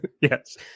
Yes